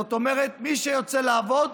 זאת אומרת, מי שיוצא לעבוד,